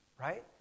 right